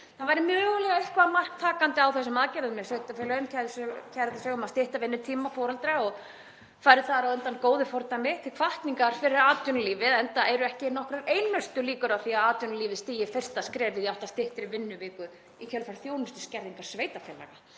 Það væri mögulega eitthvert mark takandi á þessum aðgerðum ef sveitarfélögin kærðu sig um að stytta vinnutíma foreldra og færu þar á undan með góðu fordæmi til hvatningar fyrir atvinnulífið, enda eru ekki nokkrar einustu líkur á því að atvinnulífið stígi fyrsta skrefið í átt að styttri vinnuviku í kjölfar þjónustuskerðingar sveitarfélaga.